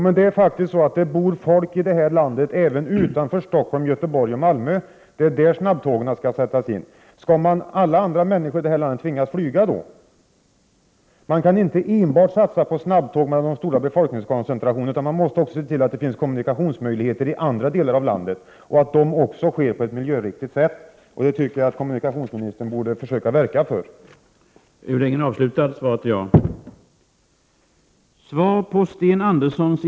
Enligt uppgifter i pressen väntas den socialdemokratiska Öresundsgruppen föreslå att den sedan länge debatterade fasta förbindelsen mellan Malmö och Köpenhamn inskränks till enbart en tågtunnel. En tågtunnel fyller inte kravet på snabba och rationella kommunikationer, och frågan är om det går att få ekonomi i ett sådant projekt. Dessutom innebär en tågtunnel att färjetrafiken kommer att kräva stora subventioner, och då får vi Öresundsförbindelser utan god ekonomi. Är kommunikationsministern beredd, innan slutgiltigt beslut tas avseende fasta Öresundsförbindelser, att även seriöst pröva alternativet en kombinerad järnvägsoch bilbro mellan Malmö och Köpenhamn?